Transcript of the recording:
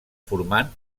formant